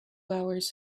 hours